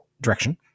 direction